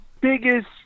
biggest